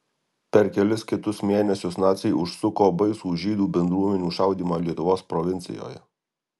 per kelis kitus mėnesius naciai užsuko baisų žydų bendruomenių šaudymą lietuvos provincijoje